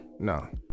no